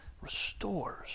restores